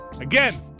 again